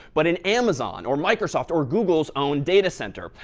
but in amazon, or microsoft, or google's own data center.